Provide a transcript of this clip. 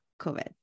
covid